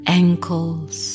ankles